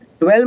12